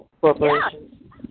corporations